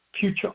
future